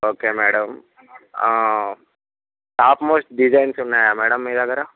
okay madam top most designs ఉన్నాయా madam మీ దగ్గర